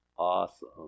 Awesome